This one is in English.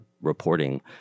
reporting